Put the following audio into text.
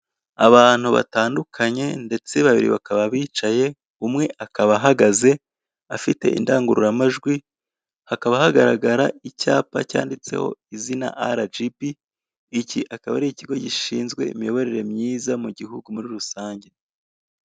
Abantu batandukanye, ndetse babiri bakaba bicaye, umwe akaba ahagaze, afite indangururamajwi, hakaba hagaragara icyapa cyanditseho izina ara ji bi, iki akaba ari ikigo gishinzwe imiyoborere myiza mu gihugu muri rusange.